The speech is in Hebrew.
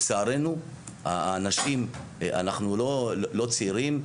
אנחנו לא צעירים.